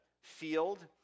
field